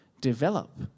develop